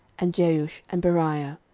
and jeush, and beriah.